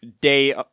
day